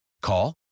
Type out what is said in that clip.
Call